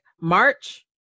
March